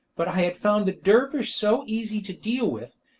but i had found the dervish so easy to deal with,